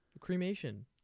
Cremation